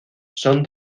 son